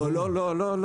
לא, לא.